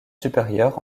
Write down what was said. supérieure